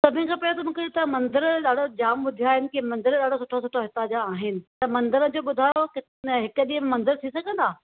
सभिनि खां पहिरियों त मूंखे इतां मंदर ॾाढा जाम ॿुधा आहिनि की मंदर ॾाढा सुठा सुठा हितां जा आहिनि त मंदरनि जो ॿुधायो कि हिक ॾींहं में मंदर थी सघंदा